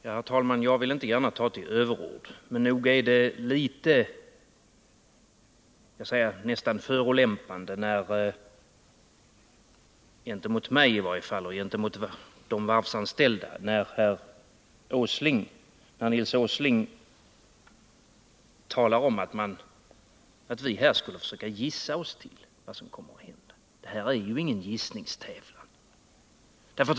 Herr talman! Jag vill inte gärna ta till överord, men nog är det litet förolämpande gentemot mig i varje fall och gentemot de varvsanställda när Nils Åsling talar om att vi här skulle försöka gissa oss till vad som kommer att hända. Det här är ingen gissningstävlan.